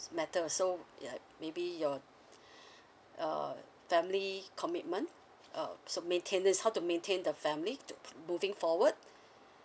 matter so yeah maybe your uh family commitment uh so maintenance how to maintain the family to moving forward